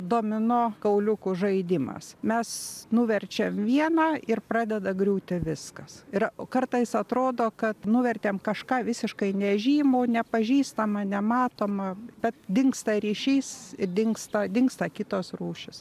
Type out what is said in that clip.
domino kauliukų žaidimas mes nuverčiam vieną ir pradeda griūti viskas ir o kartais atrodo kad nuvertėm kažką visiškai nežymų nepažįstamą nematomą bet dingsta ryšys ir dingsta dingsta kitos rūšys